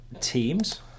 teams